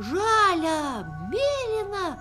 žalia mėlyna